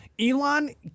Elon